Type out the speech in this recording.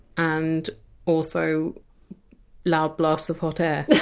and also loud blasts of hot air